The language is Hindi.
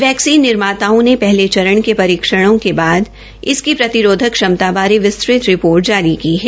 वैक्सीन निर्माताओं ने पहले चरण के परीक्षणों के बाद इसकी प्रतिरोधक क्षमता बारे विस्तृत रिपोर्ट जारी की है